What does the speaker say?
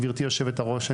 גבירתי יושבת הראש.